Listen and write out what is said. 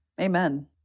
amen